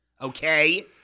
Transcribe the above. Okay